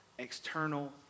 External